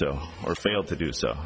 so or failed to do so